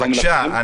בבקשה,